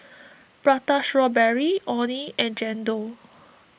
Prata Strawberry Orh Nee and Chendol